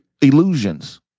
illusions